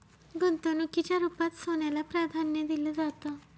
गुंतवणुकीच्या रुपात सोन्याला प्राधान्य दिलं जातं